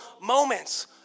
moments